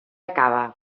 acaba